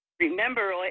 remember